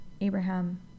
Abraham